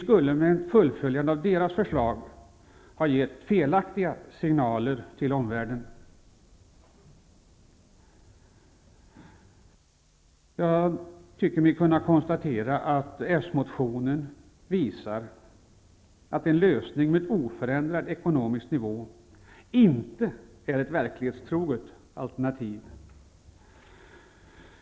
Med ett fullföljande av deras förslag skulle vi ha gett felaktiga signaler till omvärlden. Jag tycker mig kunna konstatera att den socialdemokratiska motionen visar att en lösning med oförändrad ekonomisk nivå inte är ett verklighetstroget alternativ. Fru talman!